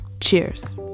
Cheers